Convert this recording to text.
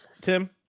Tim